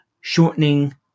Shortening